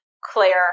Claire